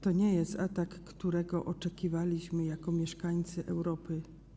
To nie jest atak, którego oczekiwaliśmy jako mieszkańcy Europy.